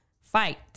fight